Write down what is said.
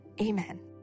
Amen